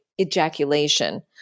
ejaculation